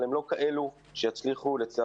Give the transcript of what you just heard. אבל לצערי הרב הם לא כאלה שיצליחו לספק